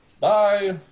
Bye